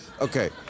Okay